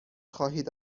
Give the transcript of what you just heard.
خواهید